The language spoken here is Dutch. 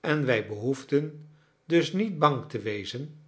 en wij behoefden dus niet bang te wezen